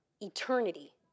eternity